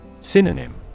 Synonym